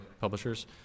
publishers